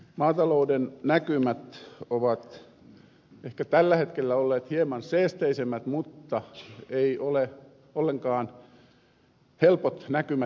maatalouden näkymät ovat ehkä tällä hetkellä olleet hieman seesteisemmät mutta ei ole ollenkaan helpot näkymät edessä